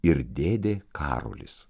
ir dėdė karolis